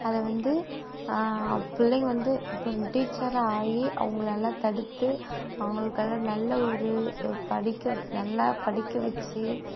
அதை வந்து பிள்ளைங்கள் வந்து அப்புறம் டீச்சராக ஆகி அவங்களெல்லாம் தடுத்து அவங்களுக்கெல்லாம் நல்ல ஒரு படிக்க நல்லா படிக்க வச்சு